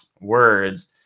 words